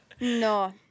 No